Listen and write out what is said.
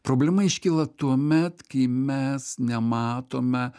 problema iškyla tuomet kai mes nematome